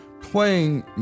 playing